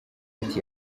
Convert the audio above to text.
ati